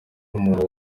n’umuntu